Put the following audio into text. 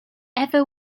ever